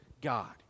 God